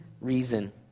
reason